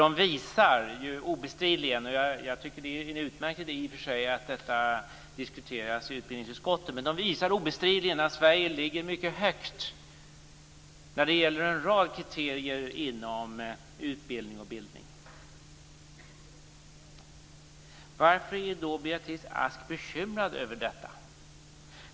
De visar obestridligen - det är i och för sig en utmärkt idé att detta diskuteras i utbildningsutskottet - att Sverige ligger mycket högt när det gäller en rad kriterier inom utbildning och bildning. Varför är då Beatrice Ask bekymrad över detta?